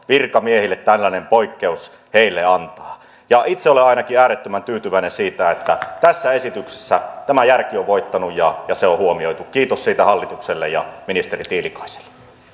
virkamiehille tällainen poikkeus heille antaa itse olen ainakin äärettömän tyytyväinen siihen että tässä esityksessä järki on voittanut ja se on huomioitu kiitos siitä hallitukselle ja ministeri tiilikaiselle